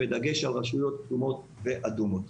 בדגש על רשויות כתומות ואדומות.